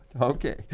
Okay